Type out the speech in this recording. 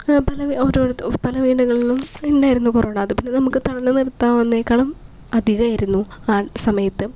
പല ഒരോരുത്ത് പല വീടുകളിലും ഉണ്ടായിരുന്നു കൊറോണ അത് പിന്നെ നമുക്ക് തടഞ്ഞ് നിർത്താവുന്നതിനേക്കാളും അധികമായിരുന്നു ആ സമയത്ത്